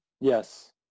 Yes